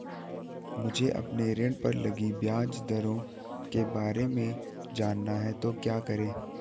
मुझे अपने ऋण पर लगी ब्याज दरों के बारे में जानना है तो क्या करें?